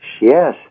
Yes